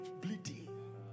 bleeding